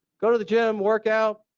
go to the gym, work out,